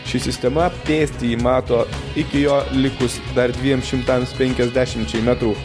ši sistema pėstįjį mato iki jo likus dar dviem šimtams penkiasdešimčiai metrų